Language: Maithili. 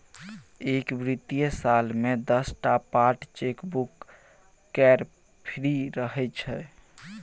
एक बित्तीय साल मे दस टा पात चेकबुक केर फ्री रहय छै